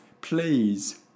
please